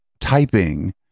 Typing